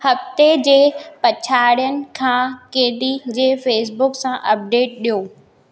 हफ़्ते जे पछाड़िन खां कहिड़ी जे फेसबुक सां अपडेट ॾियो